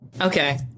Okay